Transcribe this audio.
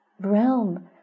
realm